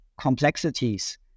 complexities